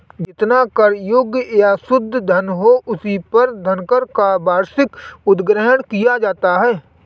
जितना कर योग्य या शुद्ध धन हो, उसी पर धनकर का वार्षिक उद्ग्रहण किया जाता है